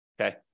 okay